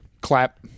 clap